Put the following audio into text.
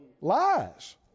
Lies